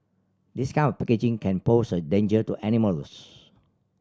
this kind of packaging can pose a danger to animals